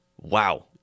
Wow